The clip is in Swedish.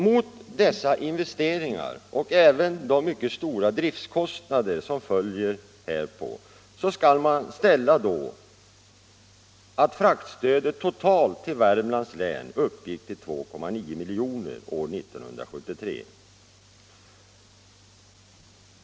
Mot dessa investeringar och de mycket stora driftkostnader som följer härpå skall man då ställa att fraktstödet totalt till Värmlands län uppgick till 2,9 miljoner år 1973.